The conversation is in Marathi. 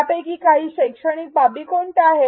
यापैकी काही शैक्षणिक बाबी कोणत्या आहेत